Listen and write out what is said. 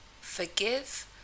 forgive